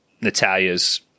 Natalia's